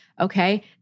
okay